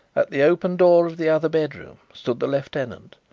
at the open door of the other bedroom stood the lieutenant,